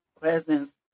presence